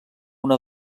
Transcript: una